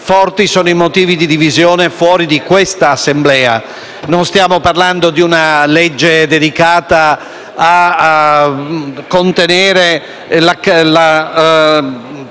forti sono i motivi di divisione fuori di qui. Non stiamo parlando di una legge dedicata a contenere